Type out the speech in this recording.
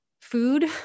food